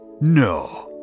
No